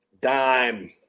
dime